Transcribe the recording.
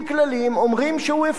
אומרים שהוא הפר אותם,